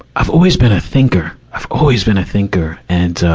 i've always been a thinker. i've always been a thinker. and, ah,